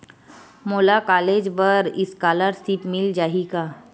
मोला कॉलेज बर स्कालर्शिप मिल जाही का?